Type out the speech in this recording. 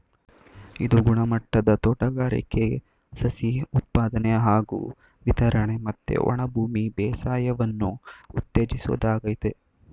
ಇದು ಗುಣಮಟ್ಟದ ತೋಟಗಾರಿಕೆ ಸಸಿ ಉತ್ಪಾದನೆ ಹಾಗೂ ವಿತರಣೆ ಮತ್ತೆ ಒಣಭೂಮಿ ಬೇಸಾಯವನ್ನು ಉತ್ತೇಜಿಸೋದಾಗಯ್ತೆ